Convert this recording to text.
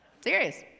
Serious